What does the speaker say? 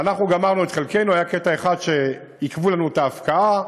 כשאנחנו גמרנו את חלקנו היה קטע אחד שבו עיכבו לנו את ההפקעה,